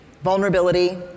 Vulnerability